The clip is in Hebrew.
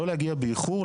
לא להגיע באיחור,